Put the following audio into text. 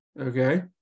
okay